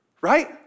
right